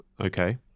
okay